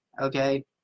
Okay